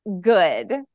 good